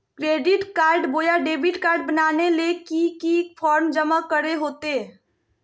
Credit card बोया debit card बनाने ले की की फॉर्म जमा करे होते?